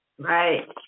Right